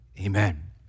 Amen